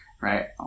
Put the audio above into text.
Right